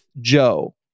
Joe